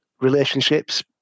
relationships